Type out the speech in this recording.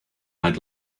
had